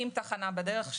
עם תחנה בדרך,